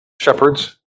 shepherds